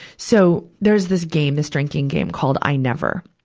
so, there was this game, this drinking game called i never.